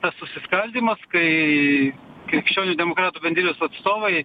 tas susiskaldymas kai krikščionių demokratų bendrijos atstovai